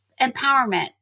empowerment